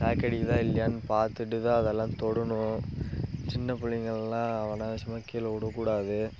shock அடிக்குதா இல்லையான்னு பார்த்துட்டுதான் அதெல்லாம் தொடணும் சின்ன பிள்ளைங்க எல்லாம் அனாவசியமாக கீழே விடக்கூடாது